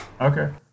okay